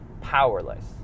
powerless